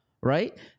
right